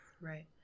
right